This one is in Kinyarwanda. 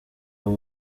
wowe